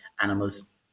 animals